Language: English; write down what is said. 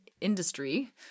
industry